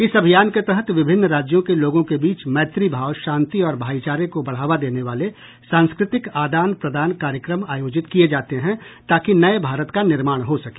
इस अभियान के तहत विभिन्न राज्यों के लोगों के बीच मैत्रीभाव शांति और भाईचारे को बढ़ावा देने वाले सांस्कृतिक आदान प्रदान कार्यक्रम आयोजित किए जाते हैं ताकि नए भारत का निर्माण हो सके